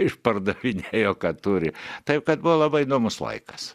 išpardavinėjo ką turi taip kad buvo labai įdomus laikas